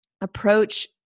approach